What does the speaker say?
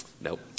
Nope